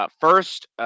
First